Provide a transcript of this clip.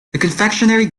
confectionery